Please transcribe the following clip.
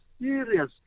serious